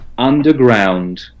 underground